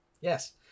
Yes